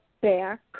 back